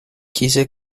quise